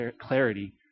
clarity